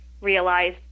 realize